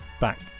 back